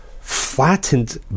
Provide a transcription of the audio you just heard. flattened